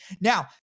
Now